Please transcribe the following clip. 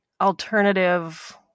alternative